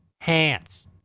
hands